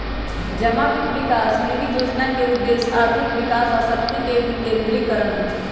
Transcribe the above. जमा वित्त विकास निधि जोजना के उद्देश्य आर्थिक विकास आ शक्ति के विकेंद्रीकरण हइ